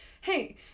hey